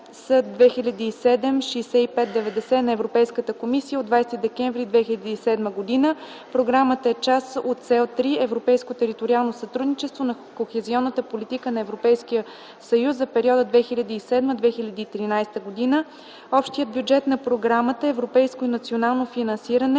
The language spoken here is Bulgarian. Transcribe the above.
№ C (2007) 6590 на Европейската комисия от 20 декември 2007 г. Програмата е част от Цел 3 „Европейско териториално сътрудничество” на кохезионната политика на Европейския съюз за периода 2007-2013 г. Общият бюджет на Програмата (европейско и национално финансиране)